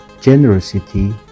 generosity